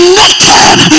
naked